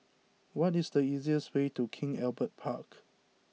what is the easiest way to King Albert Park